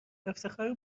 افتخار